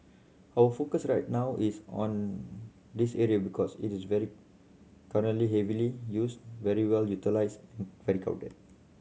our focus right now is on this area because it is very currently heavily used very well utilised very crowded